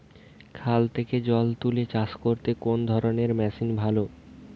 খাল থেকে জল তুলে চাষ করতে কোন ধরনের মেশিন ভালো?